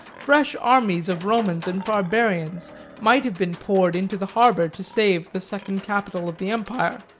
fresh armies of romans and barbarians might have been poured into the harbor to save the second capital of the empire.